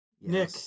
Nick